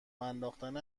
انداختن